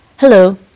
Hello